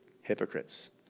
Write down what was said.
hypocrites